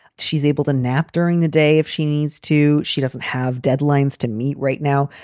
she's able to nap during the day if she needs to. she doesn't have deadlines to meet. right. now,